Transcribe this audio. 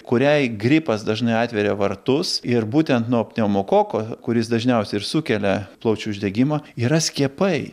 kuriai gripas dažnai atveria vartus ir būtent nuo pneumokoko kuris dažniausiai ir sukelia plaučių uždegimą yra skiepai